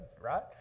right